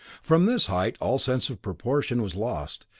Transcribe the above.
from this height all sense of proportion was lost.